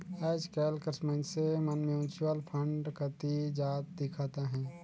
आएज काएल कर मइनसे मन म्युचुअल फंड कती जात दिखत अहें